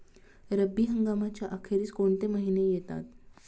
रब्बी हंगामाच्या अखेरीस कोणते महिने येतात?